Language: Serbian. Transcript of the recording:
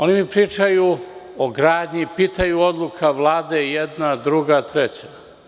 Oni mi pričaju o gradnji i pitaju – odluka Vlade, jedna, druga, treća?